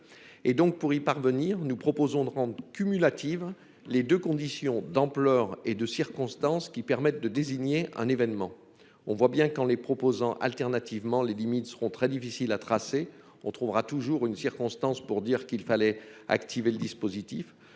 l'usage. Pour y parvenir, nous proposons de rendre cumulatives les deux conditions d'ampleur et de circonstances qui permettent de désigner un événement. Nous le voyons bien, si ces conditions sont alternatives, les limites seront très difficiles à tracer ; on trouvera toujours une circonstance pour dire qu'il fallait activer le dispositif.